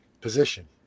position